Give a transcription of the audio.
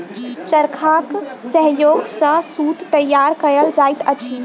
चरखाक सहयोग सॅ सूत तैयार कयल जाइत अछि